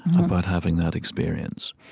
about having that experience.